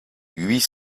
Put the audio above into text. huit